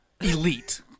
Elite